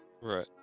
right